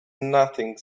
nothing